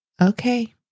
Okay